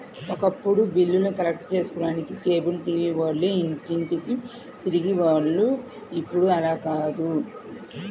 ఒకప్పుడు బిల్లులు కలెక్ట్ చేసుకోడానికి కేబుల్ టీవీ వాళ్ళు ఇంటింటికీ తిరిగే వాళ్ళు ఇప్పుడు అలా కాదు